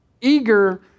eager